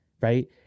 right